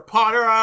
Potter